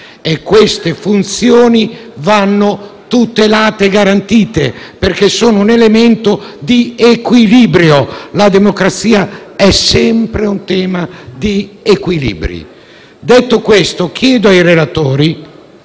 legge, che vanno tutelate e garantite, perché sono un elemento di equilibrio e la democrazia è sempre un tema di equilibri. Detto questo, chiedo ai relatori